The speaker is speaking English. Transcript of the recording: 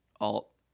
alt